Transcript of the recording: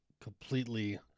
completely